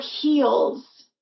heals